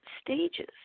stages